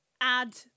add